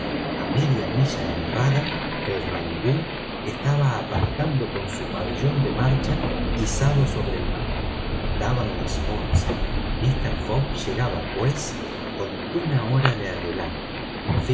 a media milla en rada el rangoon estaba aparejando con su pabellón de marcha izado sobre el mástil daban las once mister fogg llegaba pues con una hora de adelanto fix